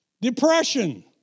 Depression